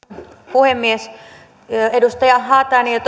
puhemies edustaja haatainen jo